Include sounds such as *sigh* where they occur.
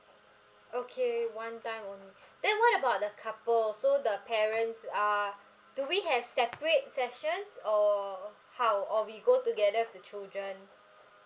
okay one time only *breath* then what about the couple so the parents uh do we have separate sessions or how or we go together with children